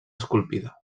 esculpida